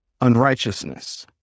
unrighteousness